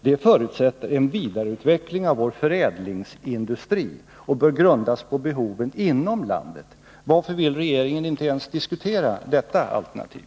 Det förutsätter en vidareutveckling av vår förädlingsindustri och bör grundas på behoven inom landet. Varför vill regeringen inte ens diskutera detta alternativ?